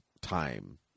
time